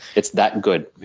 it's that good.